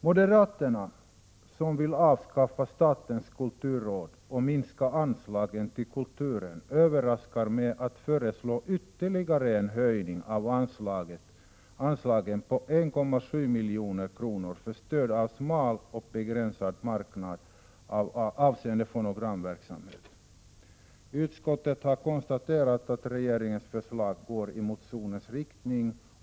Moderaterna, som vill avskaffa statens kulturråd och minska anslagen till kulturen, överraskar med att föreslå en ytterligare ökning av anslagen med 1,7 milj.kr. för stöd till utgivning av fonogram som tillgodoser en smal och begränsad marknad. Utskottet har konstaterat att regeringens förslag går i motionens riktning.